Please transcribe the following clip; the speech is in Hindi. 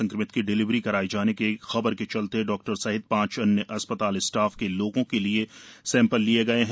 संक्रमित की डिलिवरी कराए जाने की खबर के चलते डॉक्टर सहित पांच अन्य अस्पताल स्टाफ के लोगों के लिए सैंपल लिए गए हैं